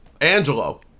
Angelo